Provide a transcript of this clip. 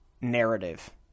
narrative